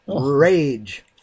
Rage